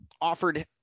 offered